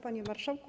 Panie Marszałku!